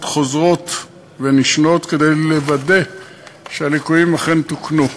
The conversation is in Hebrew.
חוזרות ונשנות כדי לוודא שהליקויים אכן תוקנו.